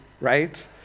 right